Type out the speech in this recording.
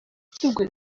түгел